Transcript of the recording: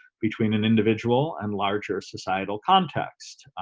between an individual and larger societal context.